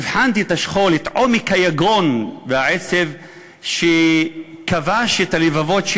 הבחנתי בשכול, בעומק היגון והעצב שכבש את הלבבות,